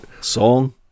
song